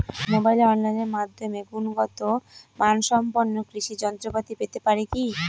মোবাইলে অনলাইনের মাধ্যমে গুণগত মানসম্পন্ন কৃষি যন্ত্রপাতি পেতে পারি কি?